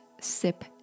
Sip